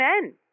men